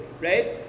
right